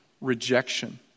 Rejection